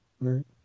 right